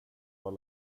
var